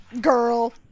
girl